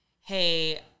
hey